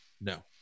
No